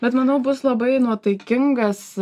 bet manau bus labai nuotaikingas